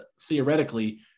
theoretically